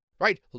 right